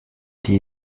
die